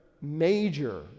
major